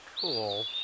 cool